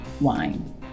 wine